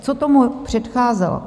Co tomu předcházelo?